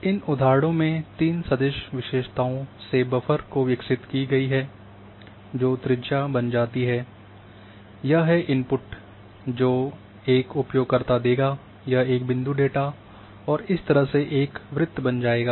इन उदाहरणों में तीन सदिश विशेषताओं से बफर को विकसित की गई है जो त्रिज्या बन जाती है यह है इनपुट है जो एक उपयोगकर्ता देगा यह एक बिंदु डेटा और इस तरह से एक वृत्त बन जाता है